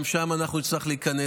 גם שם אנחנו נצטרך להיכנס.